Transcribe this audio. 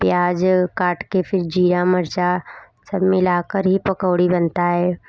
प्याज़ काट के फिर ज़ीरा मिर्च सब मिला कर ही पकौड़ी बनती है